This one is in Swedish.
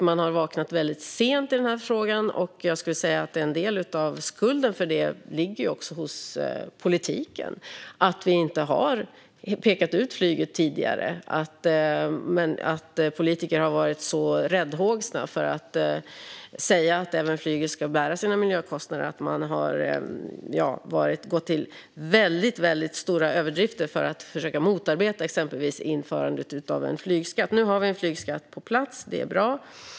Man har vaknat väldigt sent i den här frågan, och jag skulle säga att en del av skulden för det ligger hos politiken för att vi inte har pekat ut flyget tidigare och för att politiker har varit räddhågsna och inte sagt att även flyget ska bära sina egna miljökostnader och gått till väldigt, väldigt stora överdrifter för att försöka motarbeta införandet av en flygskatt. Nu har vi en flygskatt på plats. Det är bra.